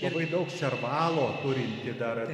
labai daug servalo turinti dar